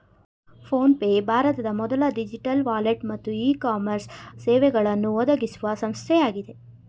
phone pay ಭಾರತದ ಮೊದಲ digital wallet ಮತ್ತು ಇ ಕಾಮರ್ಸ್ ಸೇವೆಗಳನ್ನು ಒದಗಿಸುವ ಸಂಸ್ಥೆಯಾಗಿದೆ